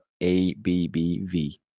A-B-B-V